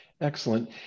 Excellent